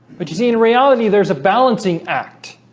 but you see in reality there's a balancing act